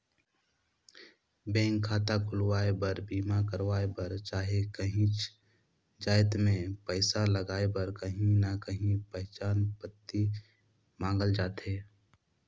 bank खाता खोलवाए बर, बीमा करवाए बर चहे काहींच जाएत में पइसा लगाए बर काहीं ना काहीं पहिचान पाती मांगल जाथे